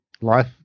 life